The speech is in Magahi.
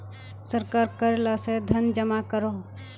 सरकार कर ला से धन जमा करोह